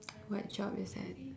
what job is that